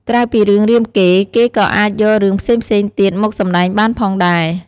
ក្រៅពីរឿងរាមកេរ្តិ៍ គេក៏អាចយករឿងផ្សេងៗទៀតមកសម្ដែងបានផងដែរ។